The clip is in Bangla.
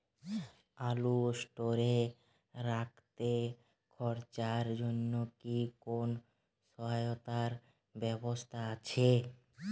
আলু স্টোরে রাখতে খরচার জন্যকি কোন সহায়তার ব্যবস্থা আছে?